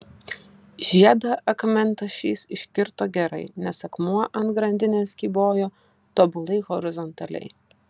žiedą akmentašys iškirto gerai nes akmuo ant grandinės kybojo tobulai horizontaliai